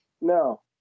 no